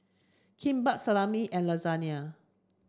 Kimbap Salami and Lasagne